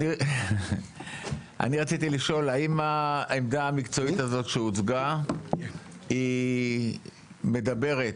אני רציתי לשאול האם העמדה המקצועית הזאת שהוצגה היא מדברת